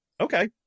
okay